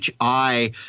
HI